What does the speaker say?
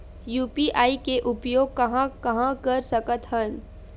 UPI के उपयोग कहां कहा कर सकत हन?